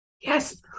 Yes